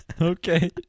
Okay